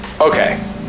okay